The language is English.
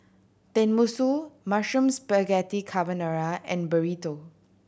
Tenmusu Mushroom Spaghetti Carbonara and Burrito